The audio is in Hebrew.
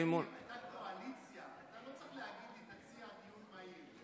אתה קואליציה, אתה לא צריך להציע לי דיון מהיר.